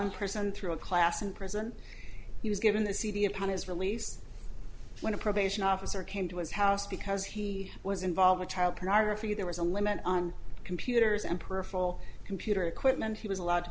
in person through a class in prison he was given the cd upon his release when a probation officer came to his house because he was involved child pornography there was a limit on computers and peripheral computer equipment he was allowed to